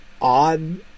odd